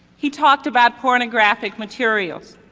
he talked about pornographic materials.